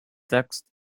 text